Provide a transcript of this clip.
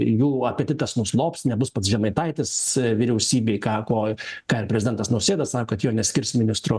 jų apetitas nuslops nebus pats žemaitaitis vyriausybėj ką ko ką ir prezidentas nausėda sako kad jo neskirs ministru